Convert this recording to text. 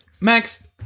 Max